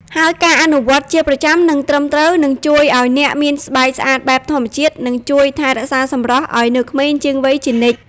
ហើយការអនុវត្តន៍ជាប្រចាំ និងត្រឹមត្រូវ នឹងជួយឱ្យអ្នកមានស្បែកស្អាតបែបធម្មជាតិ និងជួយថែរក្សាសម្រស់ឱ្យនៅក្មេងជាងវ័យជានិច្ច។